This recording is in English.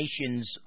Nations